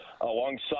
alongside